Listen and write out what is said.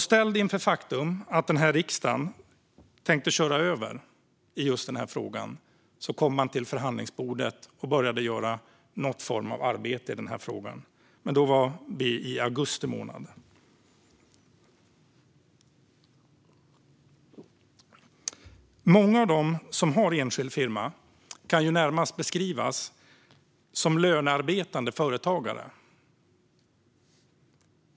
Ställd inför det faktum att riksdagen tänkte köra över den i just denna fråga kom regeringen till förhandlingsbordet och började göra någon form av arbete i frågan. Men då var vi i augusti månad. Många av dem som har enskild firma kan närmast beskrivas som lönearbetande företagare.